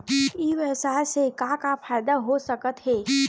ई व्यवसाय से का का फ़ायदा हो सकत हे?